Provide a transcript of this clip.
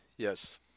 Yes